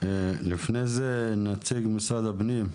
לפני זה, נציג משרד הפנים,